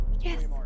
Yes